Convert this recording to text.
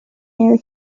air